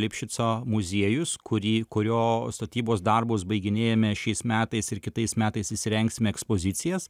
lipšico muziejus kurį kurio statybos darbus baiginėjame šiais metais ir kitais metais įsirengsim ekspozicijas